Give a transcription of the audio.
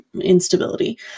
instability